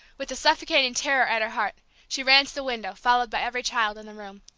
with a suffocating terror at her heart she ran to the window, followed by every child in the room.